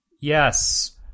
Yes